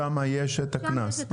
שם יש את הקנס?